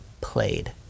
played